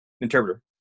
interpreter